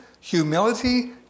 humility